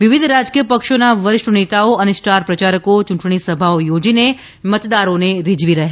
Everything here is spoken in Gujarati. વિવિધ રાજ્કીય પક્ષોનાં વરિષ્ટ નેતાઓ અને સ્ટાર પ્રચારકો ચૂંટણી સભાઓ યોજીને મતદારોને રીઝવી રહ્યા છે